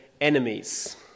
enemies